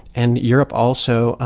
and europe also,